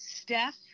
Steph